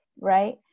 right